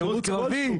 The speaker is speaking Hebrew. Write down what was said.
שירות קרבי?